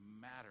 matter